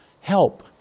help